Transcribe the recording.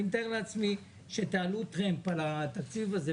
אני מתאר לעצמי שתעלו טרמפ על התקציב הזה,